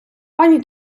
пані